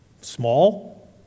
small